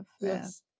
Yes